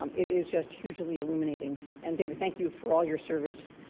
um it is just hugely illuminating. and david, thank you for all your service,